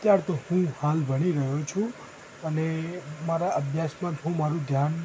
અત્યારે તો હું હાલ ભણી રહ્યો છું અને મારા અભ્યાસમાં જ હું મારું ધ્યાન